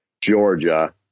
georgia